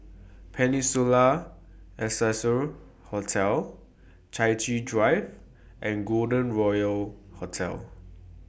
Peninsula Excelsior Hotel Chai Chee Drive and Golden Royal Hotel